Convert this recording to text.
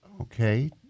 okay